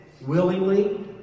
willingly